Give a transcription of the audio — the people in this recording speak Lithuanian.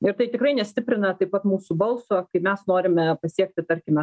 ir tai tikrai nestiprina taip pat mūsų balso kai mes norime pasiekti tarkime